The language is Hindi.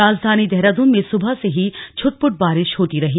राजधानी देहरादून में सुबह से ही छुटपुट बारिश होती रही